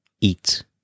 eat